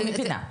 אני מבינה.